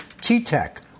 T-Tech